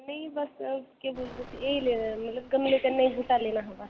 नेईं बस केह् बोलदे उस्सी एह् ही लेना मतलब गमले कन्नै ही बूह्टा लेना हा बस